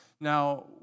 Now